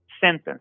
sentence